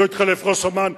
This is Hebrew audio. לא התחלף ראש אמ"ן,